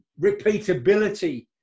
repeatability